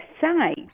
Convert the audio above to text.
side